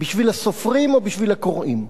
בשביל הסופרים או בשביל הקוראים.